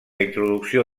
introducció